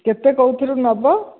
କେତେ କେଉଁଥିରୁ ନେବ